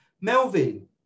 Melvin